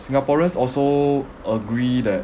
singaporeans also agree that